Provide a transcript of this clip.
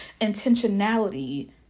intentionality